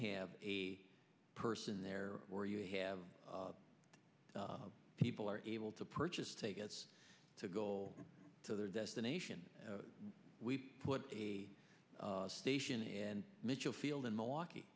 have a person there where you have people are able to purchase tickets to go to their destination and we put a station and mitchell field in milwaukee